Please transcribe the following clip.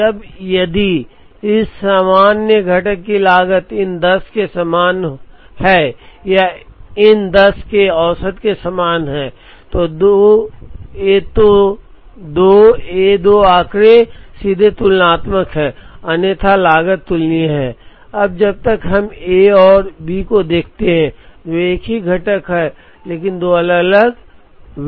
अब यदि इस सामान्य घटक की लागत इन दस के समान है या है इन दस के औसत के समान है तो ये दो आंकड़े सीधे तुलनात्मक हैं अन्यथा लागत तुलनीय है अब जब हम ए और बी को देखते हैं जो एक ही घटक हैं लेकिन दो अलग अलग विनिर्देश हैं